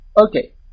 Okay